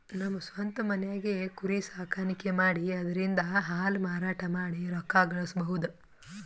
ನಮ್ ಸ್ವಂತ್ ಮನ್ಯಾಗೆ ಕುರಿ ಸಾಕಾಣಿಕೆ ಮಾಡಿ ಅದ್ರಿಂದಾ ಹಾಲ್ ಮಾರಾಟ ಮಾಡಿ ರೊಕ್ಕ ಗಳಸಬಹುದ್